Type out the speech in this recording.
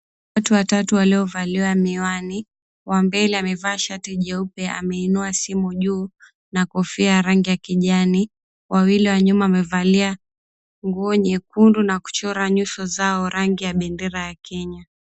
Watu watatu waliovalia miwani, wa mbele amevaa shati jeupe ameinua shimo juu na kofia ya rangi ya kijani ,wawili wa nyuma wamevalia nguo nyekundu na kuchora nyuso zao rangi ya bendera ya Kenya.